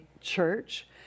church